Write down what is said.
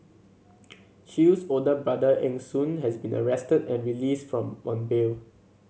Chew's older brother Eng Soon has been arrested and released from on bail